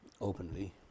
openly